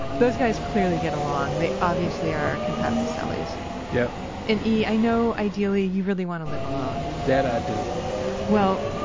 those guys clearly get along. they obviously are compatible cellies yup and, e, i know, ideally, you really want to live alone that i do well,